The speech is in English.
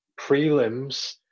prelims